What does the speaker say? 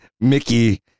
Mickey